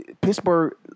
Pittsburgh